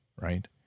right